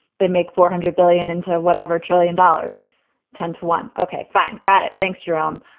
they make four hundred billion into whatever trillion dollars ten to one. ok, fine. got it. thanks, jerome.